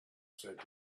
said